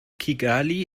kigali